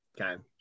Okay